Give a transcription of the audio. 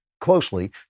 closely